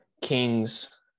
kings